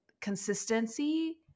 consistency